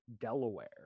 Delaware